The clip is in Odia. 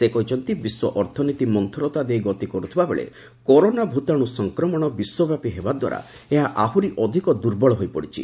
ସେ କହିଛନ୍ତି ବିଶ୍ୱ ଅର୍ଥନୀତି ମନ୍ତୁରତା ଦେଇ ଗତି କରୁଥିବାବେଳେ କରୋନା ଭୂତାଣୁ ସଂକ୍ରମଣ ବିଶ୍ୱବ୍ୟାପୀ ହେବାଦ୍ୱାରା ଏହା ଆହୁରି ଅଧିକ ଦୁର୍ବଳ ହୋଇପଡ଼ିଛି